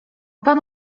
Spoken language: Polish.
pan